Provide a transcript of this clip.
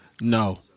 No